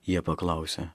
jie paklausė